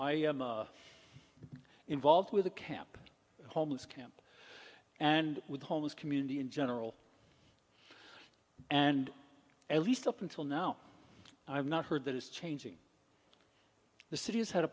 i involved with the camp homeless camp and with homeless community in general and at least up until now i have not heard that is changing the city has had a